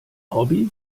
hobby